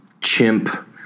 chimp